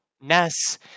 Ness